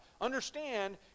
Understand